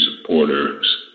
supporters